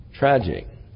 tragic